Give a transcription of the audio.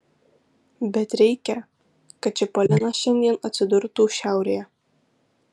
bet reikia kad čipolinas šiandien atsidurtų šiaurėje